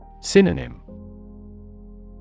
Synonym